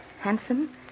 handsome